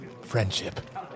friendship